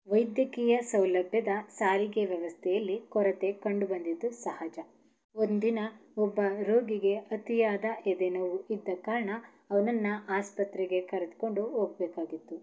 ವೈದ್ಯಕೀಯ ಸೌಲಭ್ಯದ ಸಾರಿಗೆ ವ್ಯವಸ್ಥೆಯಲ್ಲಿ ಕೊರತೆ ಕಂಡು ಬಂದಿದ್ದು ಸಹಜ ಒಂದು ದಿನ ಒಬ್ಬ ರೋಗಿಗೆ ಅತಿಯಾದ ಎದೆನೋವು ಇದ್ದ ಕಾರಣ ಅವನನ್ನ ಆಸ್ಪತ್ರೆಗೆ ಕರೆದುಕೊಂಡು ಹೋಗ್ಬೇಕಾಗಿತ್ತು